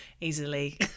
easily